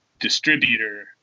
distributor